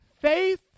Faith